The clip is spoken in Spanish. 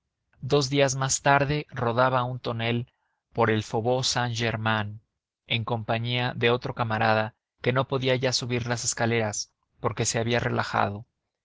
dos días más tarde rodaba un tonel por el faubourg de saint-germain en compañía de otro camarada que no podía ya subir las escaleras porque se había relajado